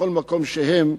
בכל מקום שהם,